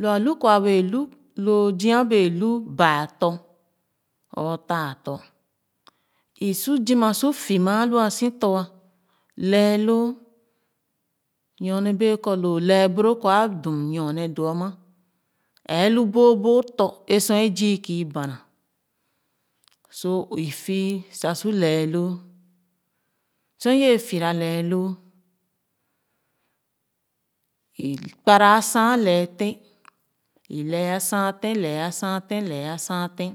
Lo alu kɔ a wɛɛ lo lo zia bee lu baa tɔ̄ or taa tɔ̄ i su zoma su fi’ma a lua si tɔ̄ ah lɛalo nyorbee kɔ lo lɛɛ boro kor a dum nyorne doo ama ɛɛ lu booboo tɔ̄ ē sor a zii kii bana so i fii sa su lɛɛ loo sor ye fiila lɛɛhoo i kpala a san lɛɛ tèn i lɛɛ a san tèn lɛɛ a san tén lɛɛ a san tén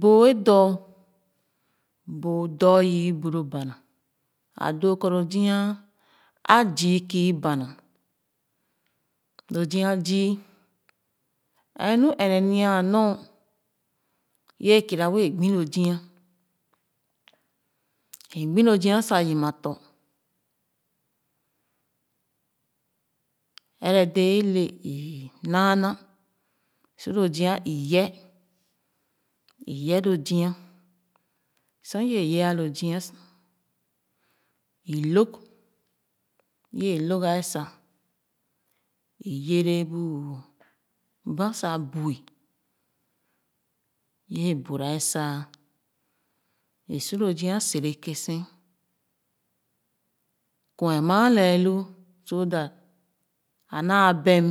bóó ē dɔɔ bōō dɔɔ yiibu lo bana a doo kɔ lo zia a zii kii bana lu zia zii ɛɛ lu ɛrɛnia a nor ye kira wɛe gbi lo zia i gbo lo zia sa yima tɔ̄ ɛrɛ deē ale naa na lo zia i yɛh i yɛh lo zia sor ye yɛh lo zia sa i lōg ye lōg ga sa i yere bu banh sa bui ye bura sa isu lo zia serekèn san kwɛnmaa lɛɛloo so that a naa bɛm.